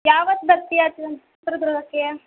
ಯಾವತ್ತು ಬರ್ತೀಯ ಚಿತ್ರದುರ್ಗಕ್ಕೆ